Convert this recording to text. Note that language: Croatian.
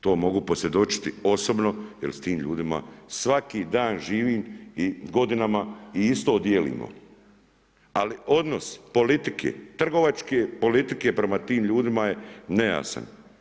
To mogu posvjedočiti osobno jer s tim ljudima svaki dan živim i godinama i isto dijelimo ali odnos politike trgovačke, politike prema tim ljudima je nejasan.